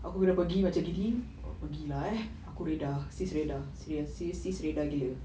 aku kena pergi macam gini pergi lah eh aku redha sis redha serious sis redha gila